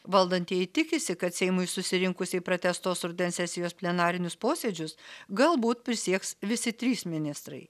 valdantieji tikisi kad seimui susirinkus į pratęstos rudens sesijos plenarinius posėdžius galbūt prisieks visi trys ministrai